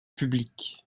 public